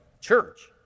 church